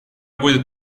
будет